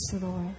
Lord